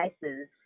devices